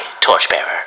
Torchbearer